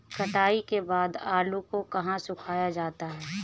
कटाई के बाद आलू को कहाँ सुखाया जाता है?